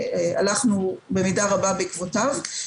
והלכנו במידה רבה בעקבותיו.